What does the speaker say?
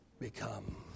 become